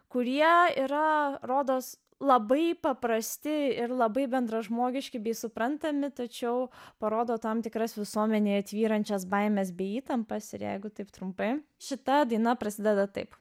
kurie yra rodos labai paprasti ir labai bendražmogiški bei suprantami tačiau parodo tam tikras visuomenėje tvyrančias baimes bei įtampas ir jeigu taip trumpai šita daina prasideda taip